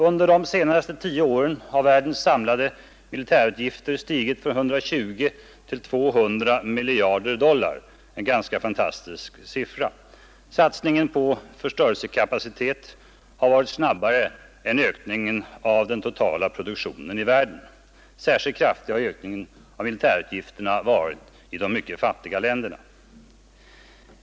Under de senaste tio åren har världens samlade militärutgifter stigit från 120 till 200 miljarder dollar per år — en ganska fantastisk siffra. Satsningen på förstörelsekapacitet har varit snabbare än ökningen av den totala produktionen i världen. Särskilt kraftig har ökningen av militärutgifterna varit i de fattiga länderna.